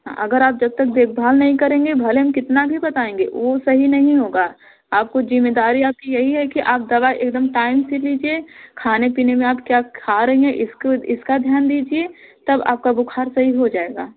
हाँ अगर आप जबतक देखभाल नहीं करेंगे भले ही हम कितना बताएंगे वो सही नहीं होगा आपको जिम्मेदारी आपकी यही है की आप दवा एकदम टाइम से लीजिए खाने पीने में आप क्या खा रही है इसको इसका ध्यान दीजिए तब आपका बुखार सही हो जाएगा